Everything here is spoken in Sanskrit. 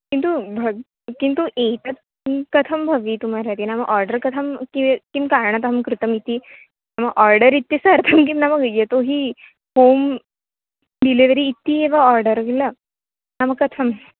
किन्तु भ किन्तु एतत् कथं भवितुमर्हति नाम आर्डर् कथं कि किं कारणातहं कृतमिति नाम आर्डर् इत्यस्य अर्थं किं नाम वि यतोहि हों डेलिवेरि इत्येव आर्डर् किल नाम कथम्